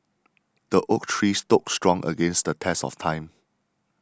the oak tree stood strong against the test of time